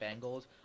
Bengals